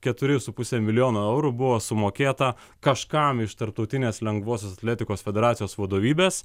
keturi su puse milijono eurų buvo sumokėta kažkam iš tarptautinės lengvosios atletikos federacijos vadovybės